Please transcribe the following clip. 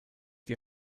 die